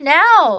now